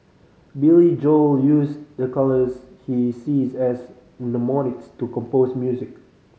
Billy Joel use the colours he sees as mnemonics to compose music